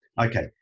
Okay